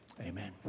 Amen